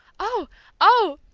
oh oh!